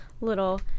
little